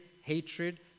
hatred